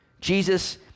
Jesus